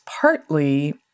partly